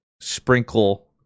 sprinkle